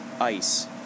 ice